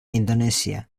indonesia